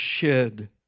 shed